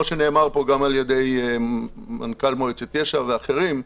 שנאמר כאן גם על ידי מנכ"ל מועצת יש"ע ואחרים,